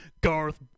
Garth